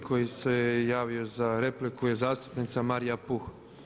Prvi koji se javio za repliku je zastupnica Marija Puh.